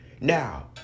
Now